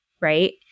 right